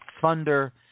Thunder